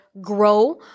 grow